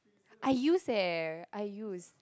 I used eh I used